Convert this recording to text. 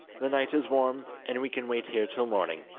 the night is warm, and we can wait here till morning.